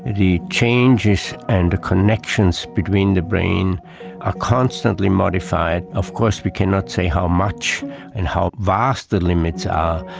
the changes and the connections between the brain are constantly modified. of course we cannot say how much and how vast the limits are,